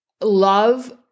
love